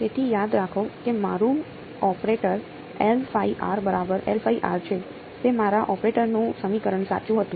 તેથી યાદ રાખો કે મારું ઓપરેટર બરાબર છે તે મારા ઓપરેટરનું સમીકરણ સાચું હતું